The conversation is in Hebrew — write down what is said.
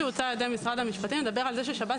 המתווה שהוצע על ידי משרד המשפטים מדבר על זה ששב"ס